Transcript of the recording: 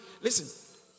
listen